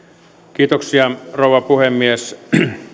kiitoksia rouva puhemies